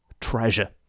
treasure